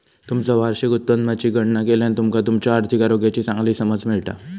तुमचा वार्षिक उत्पन्नाची गणना केल्यान तुमका तुमच्यो आर्थिक आरोग्याची चांगली समज मिळता